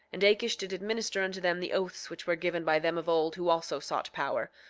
and akish did administer unto them the oaths which were given by them of old who also sought power,